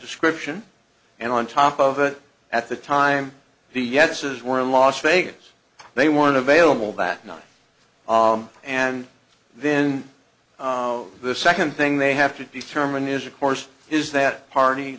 description and on top of it at the time the yeses were in las vegas they weren't available that night and then the second thing they have to determine is of course is that party